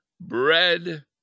bread